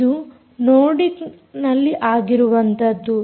ಇದು ನೋರ್ಡಿಕ್ನಲ್ಲಿ ಆಗಿರುವಂತದ್ದು